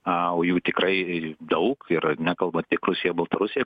a o jų tikrai daug ir nekalbant tiek rusija baltarusija